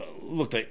look